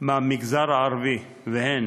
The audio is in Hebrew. מהמגזר הערבי, והם: